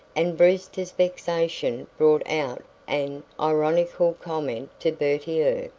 and brewster's vexation brought out an ironical comment to bertier.